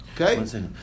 okay